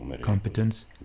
competence